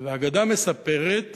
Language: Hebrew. והאגדה מספרת